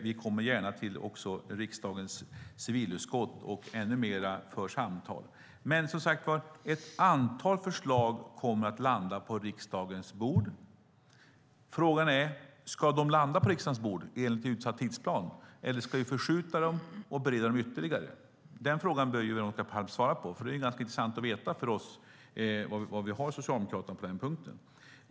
Vi kommer gärna till riksdagens civilutskott och för samtal. Ett antal förslag kommer att hamna på riksdagens bord. Frågan är om de ska landa på riksdagens bord enligt utsatt tidsplan, eller ska vi förskjuta dem och bereda dem ytterligare? Den frågan bör Veronica Palm svara på. Det är ju ganska intressant för oss att veta var vi har Socialdemokraterna på den punkten.